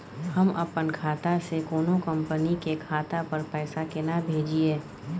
हम अपन खाता से कोनो कंपनी के खाता पर पैसा केना भेजिए?